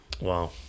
Wow